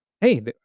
hey